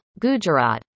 gujarat